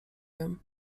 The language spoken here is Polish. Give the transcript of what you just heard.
wiem